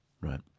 right